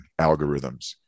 algorithms